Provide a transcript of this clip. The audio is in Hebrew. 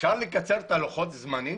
את לוחות הזמנים